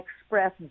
express